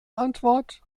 antwort